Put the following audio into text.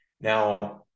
Now